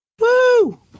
Woo